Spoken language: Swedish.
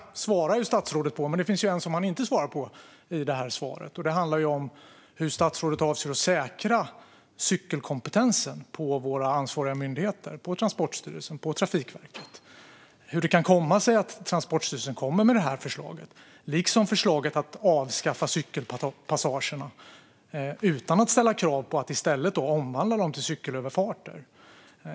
Men det finns en som han inte svarar på. Det handlar om hur statsrådet avser att säkra cykelkompetensen på våra ansvariga myndigheter - på Transportstyrelsen och på Trafikverket - och hur det kan komma sig att Transportstyrelsen kommer med detta förslag liksom förslaget att avskaffa cykelpassagerna utan att ställa krav på att i stället omvandla dem till cykelöverfarter.